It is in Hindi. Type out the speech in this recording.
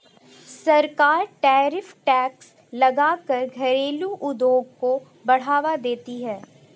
सरकार टैरिफ टैक्स लगा कर घरेलु उद्योग को बढ़ावा देती है